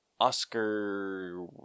Oscar